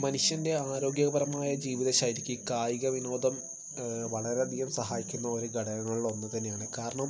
മനുഷ്യൻ്റെ ആരോഗ്യപരമായ ജീവിതശൈലിക്ക് കായികവിനോദം വളരെയധികം സഹായിക്കുന്ന ഒരു ഘടകങ്ങളിലൊന്നുതന്നെയാണ് കാരണം